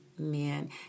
amen